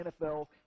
NFL